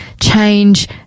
change